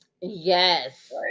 Yes